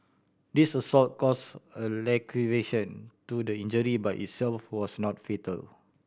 this assault caused a laceration to the injury by itself was not fatal